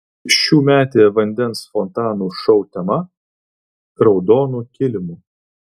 šiųmetė vandens fontanų šou tema raudonu kilimu